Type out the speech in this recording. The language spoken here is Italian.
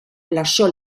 lasciò